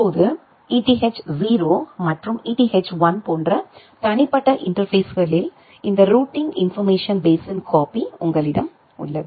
இப்போது Eth0 மற்றும் Eth1 போன்ற தனிப்பட்ட இன்டர்பேஸ்களில் இந்த ரூட்டிங் இன்போர்மேஷன் பேஸ்ஸின் காப்பி உங்களிடம் உள்ளது